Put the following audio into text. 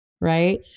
right